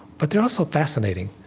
but they're also fascinating.